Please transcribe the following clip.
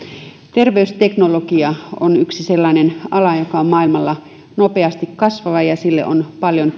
terveysteknologia on yksi sellainen ala joka on maailmalla nopeasti kasvava ja sille on paljon